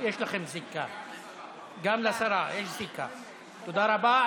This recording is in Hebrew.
תודה רבה.